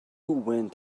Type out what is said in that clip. went